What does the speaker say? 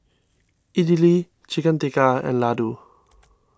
Idili Chicken Tikka and Ladoo